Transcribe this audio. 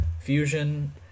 Fusion